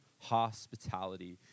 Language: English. hospitality